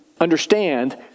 understand